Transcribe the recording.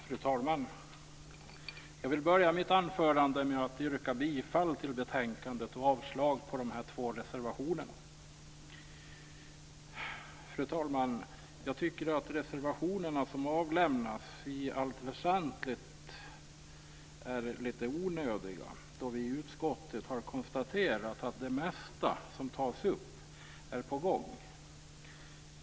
Fru talman! Jag vill börja mitt anförande med att yrka bifall till hemställan i betänkandet och avslag på de två reservationerna. Fru talman! Jag tycker att de reservationer som avlämnats i allt väsentligt är litet onödiga då vi i utskottet har konstaterat att det mesta som tas upp är på gång.